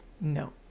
no